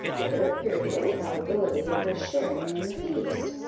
that there appeared little probability of her sharing in the feast.